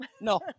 No